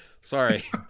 sorry